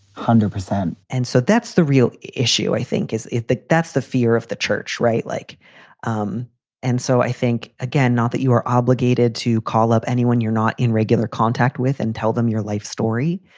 hundred percent and so that's the real issue, i think, is if the. that's the fear of the church. right. like um and so i think, again, not that you are obligated to call up anyone you're not in regular contact with and tell them your life story.